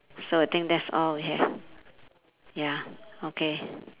so I think that's all we have ya okay